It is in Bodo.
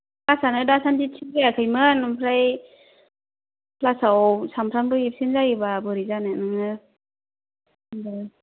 क्लासआनो दासान्दि थिख जायाखैमोन ओमफ्राय क्लासाव सानफ्रोमबो एबसेन्ट जायोब्ला बोरै जानो नोङो दे